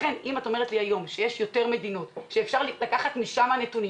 לכן אם את אומרת לי היום שיש יותר מדינות שאפשר לקחת משם נתונים